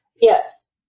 Yes